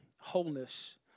wholeness